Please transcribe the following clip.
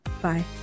Bye